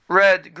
red